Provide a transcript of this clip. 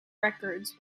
records